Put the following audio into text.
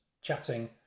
chatting